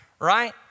right